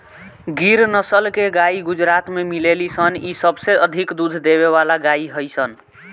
गिर नसल के गाई गुजरात में मिलेली सन इ सबसे अधिक दूध देवे वाला गाई हई सन